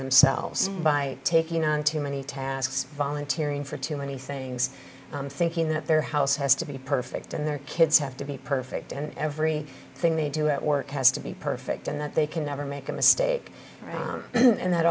themselves by taking on too many tasks volunteer in for too many things thinking that their house has to be perfect and their kids have to be perfect and every thing they do at work has to be perfect and that they can never make a mistake a